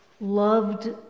loved